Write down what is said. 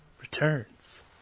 returns